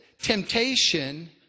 Temptation